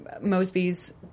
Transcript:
Mosby's